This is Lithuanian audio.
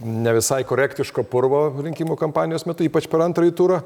ne visai korektiško purvo rinkimų kampanijos metu ypač per antrąjį turą